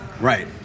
Right